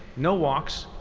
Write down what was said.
no walks,